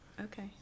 Okay